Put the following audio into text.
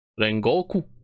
Rengoku